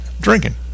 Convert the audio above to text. drinking